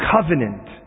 covenant